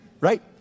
right